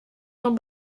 vom